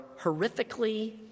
horrifically